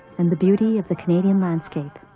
and the beauty of the canadian landscape.